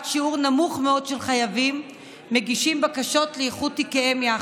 רק שיעור נמוך מאוד של חייבים מגישים בקשות לאיחוד תיקיהם יחד.